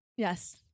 Yes